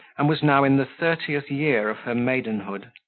and was now in the thirtieth year of her maidenhood,